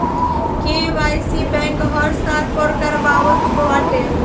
KYC bank हर साल पअ करावत बाटे